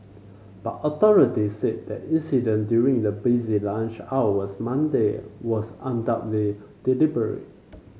but authorities said the incident during the busy lunch hours Monday was undoubtedly deliberate